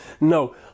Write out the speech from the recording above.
no